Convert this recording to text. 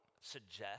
suggest